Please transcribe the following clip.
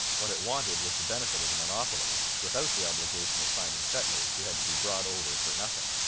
what it wanted was the benefit of the monopoly, without the obligation of finding settlers who had to be brought over for nothing.